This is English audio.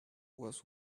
was